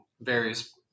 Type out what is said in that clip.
various